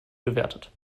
bewertet